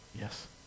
Yes